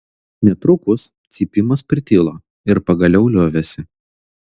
netrukus cypimas pritilo ir pagaliau liovėsi